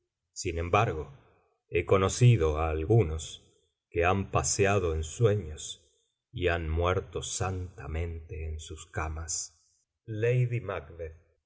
sin embargo he conocido á algunos que han paseado en sueños y han muerto santamente en sus camas